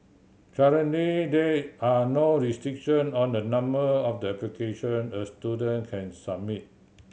currently there are no restriction on the number of the application a student can submit